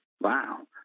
Wow